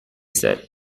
said